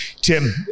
tim